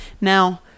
now